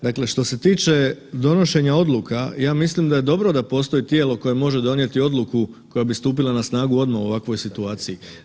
Dakle, što se tiče donošenja odluka, ja mislim da je dobro da postoji tijelo koje može donijeti odluku koja bi stupila na snagu odmah u ovakvoj situaciji.